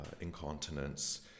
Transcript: incontinence